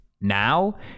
now